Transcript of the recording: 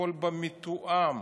הכול במתואם,